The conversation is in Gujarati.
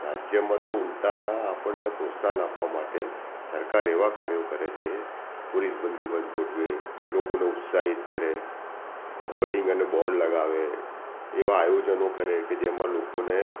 રાજ્યમાં તો ઉલટાના આપણને પ્રોત્સાહન આપવા માટે સરકાર એવા કાર્યો કરે છે પોલીસ બંદોબસ્ત ગોઠવે લોકોને ઉત્સાહિત કરે હોર્ડિંગ અને બોર્ડ લગાવે એવા આયોજનો કરે કે જેમાં લોકોને